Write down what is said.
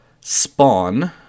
spawn